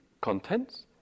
contents